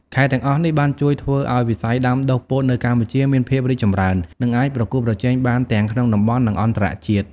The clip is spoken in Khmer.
ខេត្តទាំងអស់នេះបានជួយធ្វើឱ្យវិស័យដាំដុះពោតនៅកម្ពុជាមានភាពរីកចម្រើន និងអាចប្រកួតប្រជែងបានទាំងក្នុងតំបន់ និងអន្តរជាតិ។